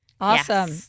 awesome